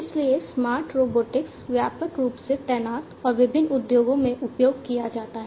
इसलिए smart robotics व्यापक रूप से तैनात और विभिन्न उद्योगों में उपयोग किया जाता है